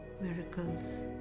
miracles